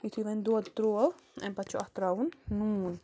یُتھٕے وۄنۍ دۄد تروو اَمہِ پَتہٕ چھُ اَتھ تراوُن نوٗن